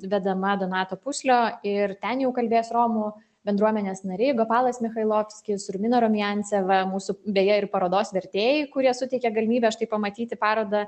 vedama donato puslio ir ten jau kalbės romų bendruomenės nariai gopalas michailovskis rubina rumianceva mūsų beje ir parodos vertėjai kurie suteikia galimybę štai pamatyti parodą